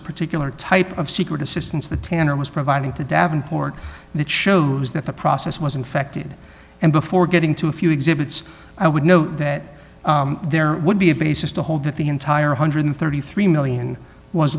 a particular type of secret assistance the tanner was providing to davenport and it shows that the process was infected and before getting to a few exhibits i would know that there would be a basis to hold that the entire one hundred and thirty three million was